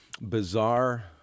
bizarre